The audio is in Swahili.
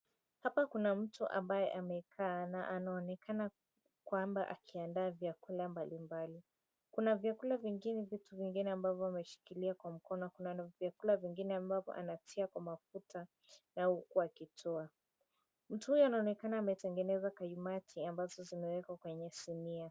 Hapa kuna mtu ambaye amekaa na anaonekana kwamba akiandaa vyakula mbalimbali. Kuna vyakula vingine vitu vingine ambavyo ameshikilia kwa mkono kunalo vyakula vingine ambavyo anatia kwa mafuta na huku wakitoa. Mtu huyo anaonekana ametengeneza kaimati ambazo zimewekwa kwenye sinia.